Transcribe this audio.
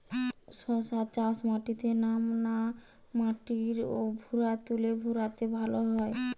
শশা চাষ মাটিতে না মাটির ভুরাতুলে ভেরাতে ভালো হয়?